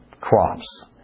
crops